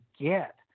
get